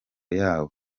yabo